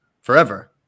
forever